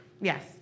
Yes